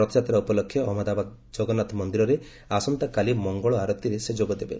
ରଥଯାତ୍ରା ଉପଲକ୍ଷେ ଅହମ୍ମଦାବାଦ ଜଗନ୍ନାଥ ମନ୍ଦିରରେ ଆସନ୍ତାକାଲି ମଙ୍ଗଳଆରତୀରେ ସେ ଯୋଗଦେବେ